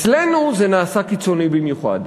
אצלנו זה נעשה קיצוני במיוחד.